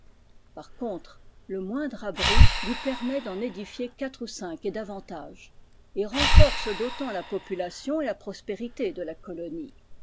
par contre le moindre abri lui permet d'en édifier quatre ou cinq et davantage et renforce d'autant la population et la prospérité de la colonie